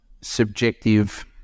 subjective